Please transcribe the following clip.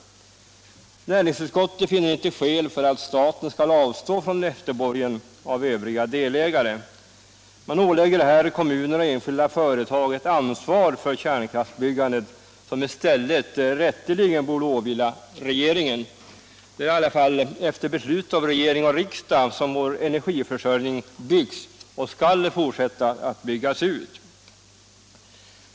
Näringsutskottet finner inte skäl för att staten skall avstå från efterborgen av övriga delägare. Man lägger här på kommuner och enskilda företag ett ansvar för kärnkraftsbyggandet, som rätteligen borde åvila regeringen. Det är ju ändå efter beslut av regering och riksdag som vår energiförsörjning har byggts ut och skall fortsätta att byggas ut.